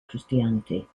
christianity